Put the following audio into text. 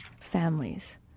families